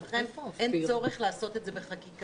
לכן, אין צורך לעשות את זה בחקיקה.